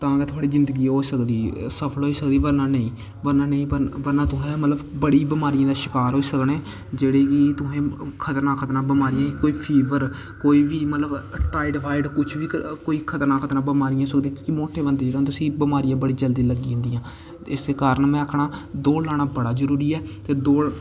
तां गै थुआढ़ी जिंदगी ओह् होई सकदी सफल होई सकदी वर्ना नेईं वर्ना नेईं वर्ना तुहें मतलब बड़ी बमारियें दा शकार होई सकने जेह्ड़ी कि तुसें गी खतरनाक खतरनाक बीमारी कोई फीवर कोई बी मतलब टाईडफाईड कुछ बी कोई खतरनाक खतरनाक बमारी होई सकदी क्योंकि मोट्टे बंदे गी बमारियां बड़ी जल्दी लग्गी जंदियां ते इस्सै कारण में आखना दौड़ लाना बड़ा जरूरी ऐ ते दौड़